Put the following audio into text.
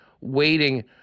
waiting